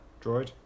Droid